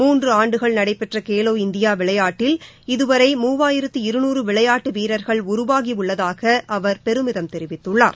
மூன்று ஆண்டுகள் நடைபெற்ற கேலோ இந்தியா விளையாட்டில் இதுவரை மூவாயிரத்து இருநூறு விளையாட்டு வீரர்கள் உருவாகியுள்ளதாக அவர் பெருமிதம் தெரிவித்துள்ளார்